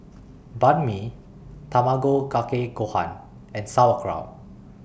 Banh MI Tamago Kake Gohan and Sauerkraut